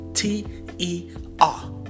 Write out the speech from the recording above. T-E-R